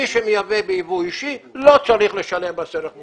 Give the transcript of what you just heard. מי שמייבא ביבוא אישי לא צריך לשלם מס ערך מוסף.